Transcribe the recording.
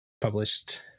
published